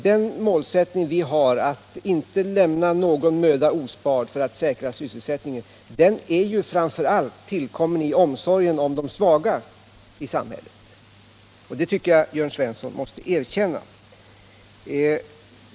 Den målsättning vi har att inte spara någon möda för att säkra sysselsättningen är ju framför allt tillkommen i omsorgen om de svaga. Det tycker jag att Jörn Svensson måste erkänna.